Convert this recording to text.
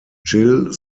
gil